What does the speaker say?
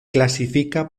clasifica